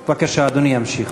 בבקשה, אדוני ימשיך.